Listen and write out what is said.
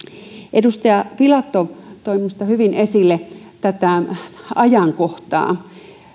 edustaja filatov toi minusta hyvin esille tätä ajankohtaa